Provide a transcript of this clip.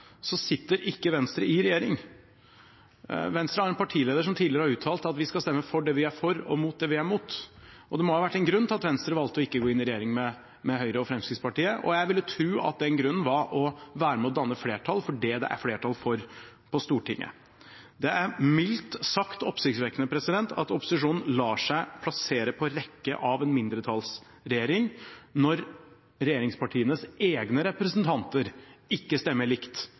så rart, er at Venstre er et opposisjonsparti. I motsetning til SV i forrige periode sitter ikke Venstre i regjering. Venstre har en partileder som tidligere har uttalt at de skal stemme for det de er for, og mot det de er imot. Det må ha vært en grunn til at Venstre valgte ikke å gå inn i regjering med Høyre og Fremskrittspartiet, og jeg ville tro at den grunnen var at de ville være med og danne flertall for det det er flertall for på Stortinget. Det er mildt sagt oppsiktsvekkende at opposisjonen lar seg plassere på rekke av en mindretallsregjering når regjeringspartienes egne representanter